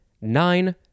Nine